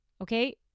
Okay